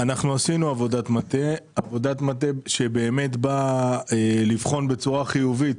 עשינו עבודת מטה שבאמת באה לבחון בצורה חיובית